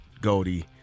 Goldie